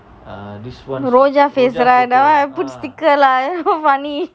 rojak face right that [one] I put sticker lah so funny